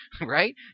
right